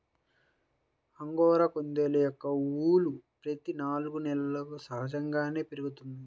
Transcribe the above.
angora కుందేళ్ళ యొక్క ఊలు ప్రతి నాలుగు నెలలకు సహజంగానే పెరుగుతుంది